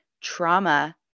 trauma